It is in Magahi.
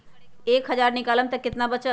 एक हज़ार निकालम त कितना वचत?